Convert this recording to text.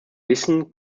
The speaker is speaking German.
wissen